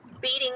beating